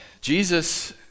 Jesus